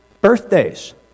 birthdays